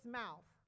mouth